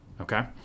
Okay